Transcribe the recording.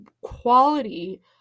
quality